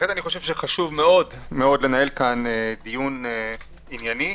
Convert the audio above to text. חשוב מאוד לנהל כאן דיון ענייני.